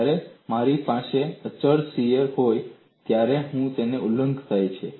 જ્યારે મારી પાસે અચળ શીયર હોય ત્યારે પણ તેનું ઉલ્લંઘન થાય છે